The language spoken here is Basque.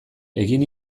egin